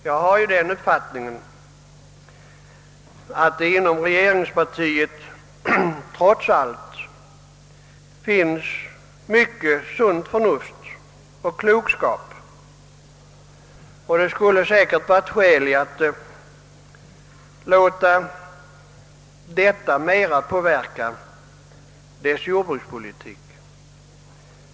Jag har den uppfattningen att det inom regeringspartiet trots allt finns mycket sunt förnuft och mycken klokskap. Det skulle säkerligen vara skäl i att låta detta sunda förnuft mera påverka jordbrukspolitiken.